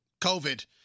COVID